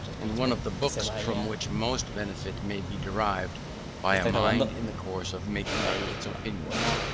and one of the books from which most benefit may be derived by a mind in the course of making up its opinions.